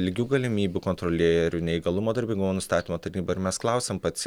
lygių galimybių kontrolierių neįgalumo darbingumo nustatymo tarnybą ir mes klausiam pacie